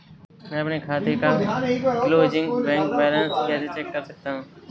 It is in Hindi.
मैं अपने खाते का क्लोजिंग बैंक बैलेंस कैसे चेक कर सकता हूँ?